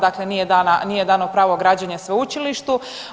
Dakle, nije dano pravo građenja sveučilištu.